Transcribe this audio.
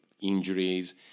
injuries